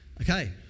Okay